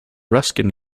ruskin